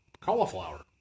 cauliflower